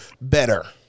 better